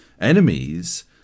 enemies